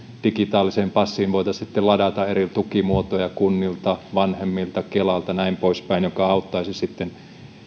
digitaaliseen passiin voitaisiin sitten ladata eri tukimuotoja kunnilta vanhemmilta kelalta ja näin poispäin ja se auttaisi sitten